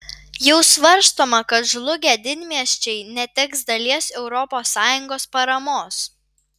jau svarstoma kad žlugę didmiesčiai neteks dalies europos sąjungos paramos